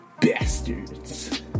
Bastards